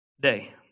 day